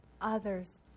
others